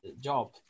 job